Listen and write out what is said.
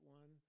one